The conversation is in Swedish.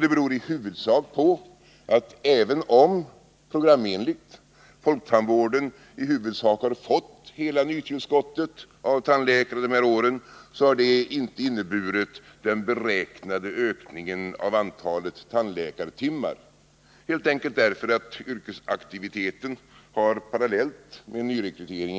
Det beror i huvudsak på att även om folktandvården programenligt i stort sett har fått hela nytillskottet av tandläkare under de här åren har det inte inneburit den beräknade ökningen av antalet tandläkartimmar, helt enkelt därför att yrkesaktiviteten har